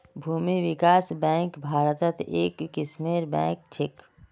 भूमि विकास बैंक भारत्त एक किस्मेर बैंक छेक